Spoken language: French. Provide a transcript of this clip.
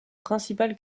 principal